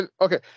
okay